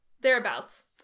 thereabouts